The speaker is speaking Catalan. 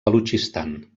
balutxistan